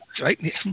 right